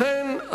לכן,